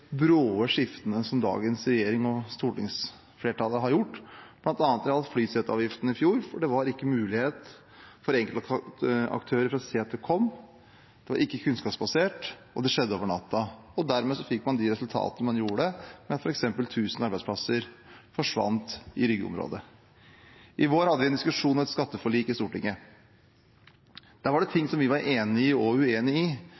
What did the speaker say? brå skiftene som dagens regjering og stortingsflertall har gjort, bl.a. når det gjaldt flyseteavgiften i fjor, for det var ikke mulighet for enkeltaktører å se at det kom, det var ikke kunnskapsbasert, og det skjedde over natten. Dermed fikk man de resultatene man gjorde, med at f.eks. 1 000 arbeidsplasser forsvant i Rygge-området. I vår hadde vi en diskusjon og et skatteforlik i Stortinget. Der var det ting som vi var enige og uenige i,